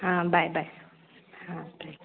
हां bye bye हां bye